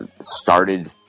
started